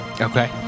Okay